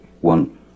one